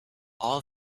all